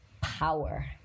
power